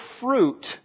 fruit